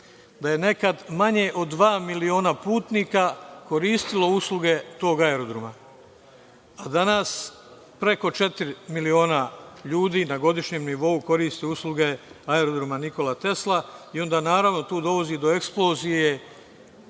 da je nekad manje od dva miliona putnika koristilo usluge tog aerodroma, a danas preko četiri miliona ljudi na godišnjem nivou koristi usluge aerodroma „Nikola Tesla“ i onda, naravno, tu dolazi do eksplozije